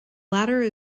latter